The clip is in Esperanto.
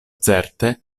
certe